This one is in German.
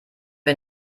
wir